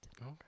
Okay